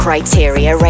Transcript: Criteria